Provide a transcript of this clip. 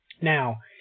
Now